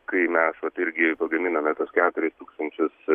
kai mes vat irgi gaminame tuos keturis tūkstančius